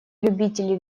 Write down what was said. любители